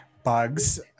Bugs